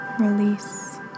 Release